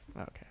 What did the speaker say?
Okay